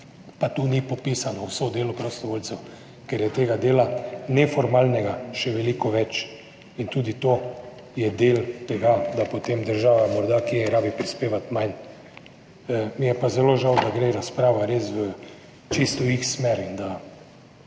pa tu ni popisano vse delo prostovoljcev, ker je tega neformalnega dela še veliko več in tudi to je del tega, da potem država morda kje prispeva manj. Mi je pa zelo žal, da gre razprava res v čisto x smer in da